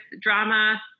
drama